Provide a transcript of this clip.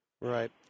right